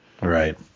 Right